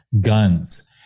guns